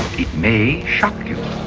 it may shock you.